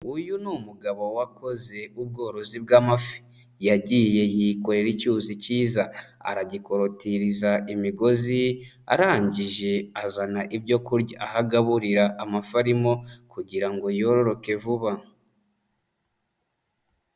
Uyu ni umugabo wakozi ubworozi bw'amafi; yagiye yikorera icyuzi cyiza, aragikotiriza imigozi arangije azana ibyo kurya, aha agaburira amafi arimo kugira ngo yororoke vuba.